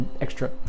extra